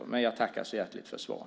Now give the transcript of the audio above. Den frågan återstår.